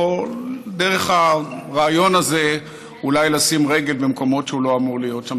או דרך הרעיון הזה אולי לשים רגל במקומות שהוא לא אמור להיות שם.